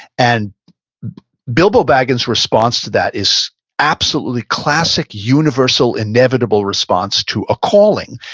and bilbo baggins's response to that is absolutely classic universal inevitable response to a calling.